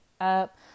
up